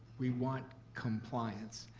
we want compliance.